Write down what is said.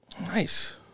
Nice